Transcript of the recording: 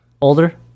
Older